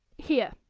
here,